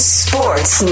sports